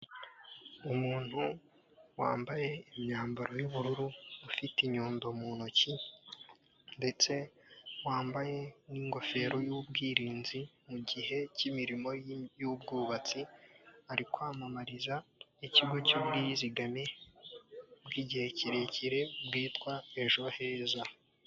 Umuntu wambaye imyambaro y'ubururu, ufite inyundo mu ntoki ndetse wambaye n'ingofero y'ubwirinzi mu gihe cy'imirimo y'ubwubatsi, ari kwamamariza ikigo cy'ubwizigame bw'igihe kirekire bwitwa ejo heza.